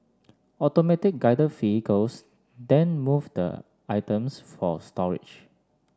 automatic Guided Vehicles then move the items for storage